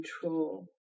control